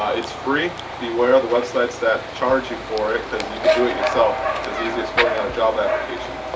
ah it's free beware of the websites that charge you for it. because you could do it yourself it's as easy as filling out a job application.